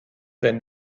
wenn